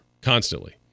constantly